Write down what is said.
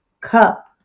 cup